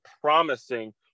promising